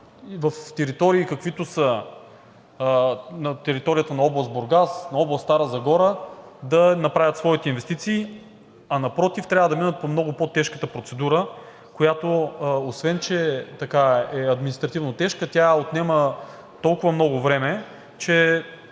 на територията на област Бургас, на област Стара Загора, да направят своите инвестиции, а напротив – трябва да минат по много по-тежката процедура, която, освен че е административно тежка, отнема толкова много време, че